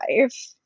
life